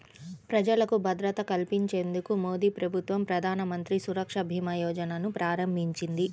ప్రజలకు భద్రత కల్పించేందుకు మోదీప్రభుత్వం ప్రధానమంత్రి సురక్ష భీమా యోజనను ప్రారంభించింది